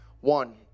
one